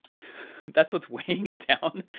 that's what's weighing it down.